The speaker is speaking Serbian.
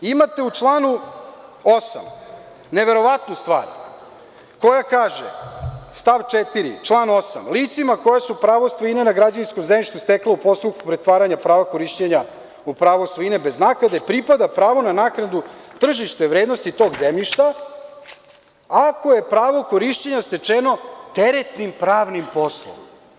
Imate u članu 8. neverovatnu stvar koja kaže, stav 4. član 8. - licima koja su pravo svojine na građevinskom zemljištu stekla u postupku pretvaranja prava korišćenja po pravu svojine bez naknade pripada pravo na naknadu tržišne vrednosti tog zemljišta ako je pravo korišćenja stečeno teretnim pravnim poslom.